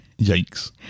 Yikes